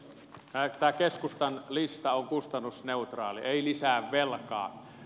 tämä keskustan lista on kustannusneutraali ei lisää velkaa